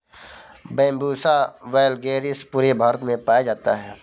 Bambusa vulgaris पूरे भारत में पाया जाता है